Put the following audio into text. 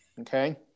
okay